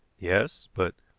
yes, but